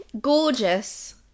gorgeous